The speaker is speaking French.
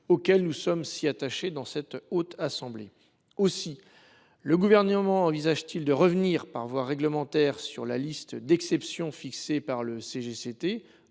auxquels nous sommes si attachés dans cette haute assemblée. Le Gouvernement envisage t il de revenir par voie réglementaire sur la liste des exceptions fixée par le CGCT,